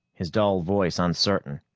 his dull voice uncertain.